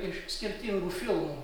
iš skirtingų filmų